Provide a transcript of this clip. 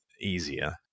easier